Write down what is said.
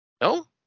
No